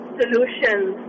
solutions